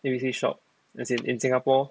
A_B_C shop as in in singapore